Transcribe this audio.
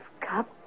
cup